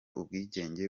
ubwigenge